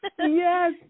Yes